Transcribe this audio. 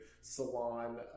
salon